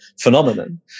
phenomenon